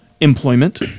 employment